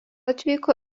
atvyko